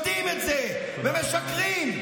יודעים את זה, ומשקרים.